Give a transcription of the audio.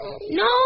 No